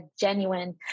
genuine